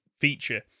feature